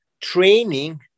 training